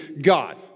God